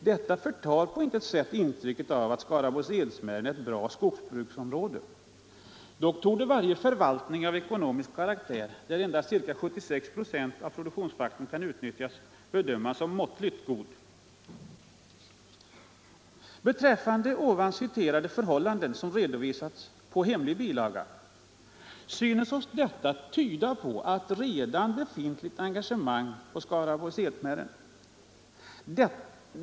Detta förtar på intet sätt intrycket av att Skaraborgs Edsmären är ett bra skogsbruksområde. Dock torde varje förvaltning av ekonomisk karaktär, där endast ca 76 96 av produktionsfaktorn kan utnyttjas, bedömas som måttligt god. Beträffande ovan citerade förhållande, som redovisats på hemlig bilaga, synes detta tyda på ett redan befintligt engagemang på Skaraborgs Edsmären.